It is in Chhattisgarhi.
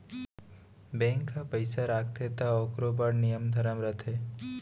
बेंक ह पइसा राखथे त ओकरो बड़ नियम धरम रथे